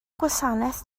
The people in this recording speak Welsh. gwasanaeth